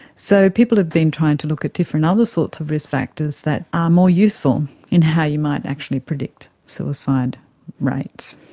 so people have been trying to look at different other sorts of risk factors that are more useful in how you might actually predict suicide rates.